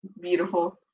beautiful